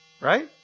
right